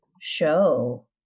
Show